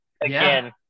again